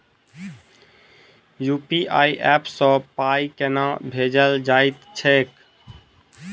UPI app सँ पाई केना भेजल जाइत छैक?